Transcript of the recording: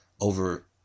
over